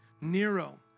Nero